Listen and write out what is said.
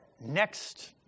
next